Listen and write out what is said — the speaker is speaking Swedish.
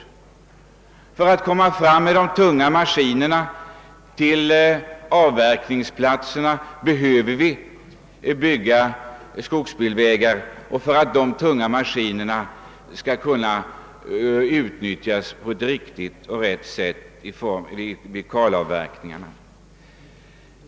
Nya skogsbilvägar behöver också byggas för att de tunga maskiner som används vid skogsavverkningen skall kunna forslas fram till avverkningsplatserna; i annat fall kan dessa maskiner inte utnyttjas på ett effektivt sätt vid kalavverkningarna.